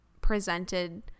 presented